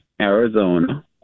Arizona